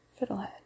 fiddlehead